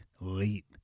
late